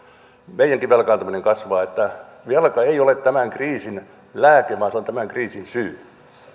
meidänkin velkaantuminen kasvaa velka ei ole tämän kriisin lääke vaan se on tämän kriisin syy